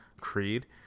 creed